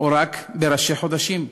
או רק בראשי חודשים?